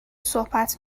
صحبت